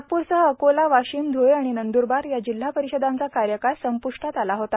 नागप्रसह अकोला वाशिम धुळे आणि नंद्रबार या जिल्हा परिशदांचा कार्यकाळ संपूश्टात आला होता